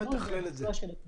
מי מתכלל את זה?